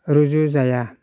रुजुजाया